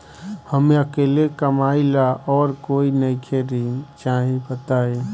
हम अकेले कमाई ला और कोई नइखे ऋण चाही बताई?